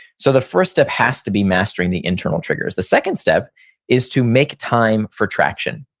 so the first step has to be mastering the internal triggers. the second step is to make time for traction.